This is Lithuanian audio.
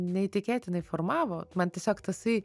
nu neįtikėtinai formavo man tiesiog tasai